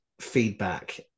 feedback